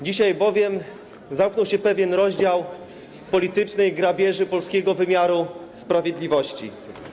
Dzisiaj bowiem zamknął się pewien rozdział politycznej grabieży polskiego wymiaru sprawiedliwości.